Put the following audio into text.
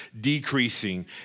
decreasing